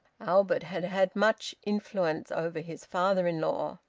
albert had had much influence over his father-in-law.